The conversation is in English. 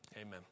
amen